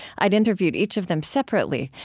i'd interviewed each of them separately,